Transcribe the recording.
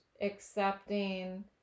accepting